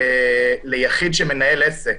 ליחיד שמנהל עסק,